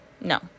No